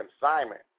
consignment